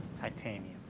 titanium